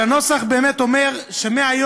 אבל הנוסח באמת אומר שמהיום,